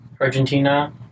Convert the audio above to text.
Argentina